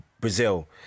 Brazil